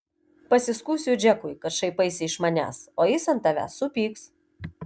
pasiskųsiu džekui kad šaipaisi iš manęs o jis ant tavęs supyks